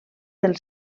del